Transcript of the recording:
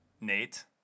nate